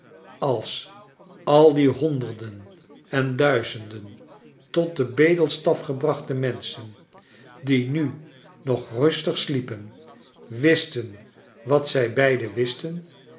als al die honderden en duizenden tot den bedelstaf gebrachte menschen die nu nog rustig sliepen wisten wat zij beiden wisten